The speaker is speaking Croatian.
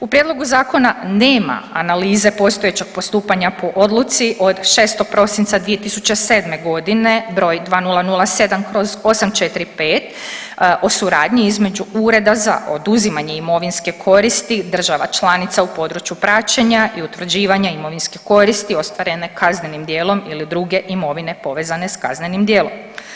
U prijedlogu zakona nema analize postojećeg postupanja po odluci od 6. prosinca 2007. godine broj 2007/845 o suradnji između Ureda za oduzimanje imovinske koristi država članica u području praćenja i utvrđivanja imovinske koristi ostvarene kaznenim djelom ili druge imovine povezane sa kaznenim djelom.